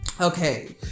okay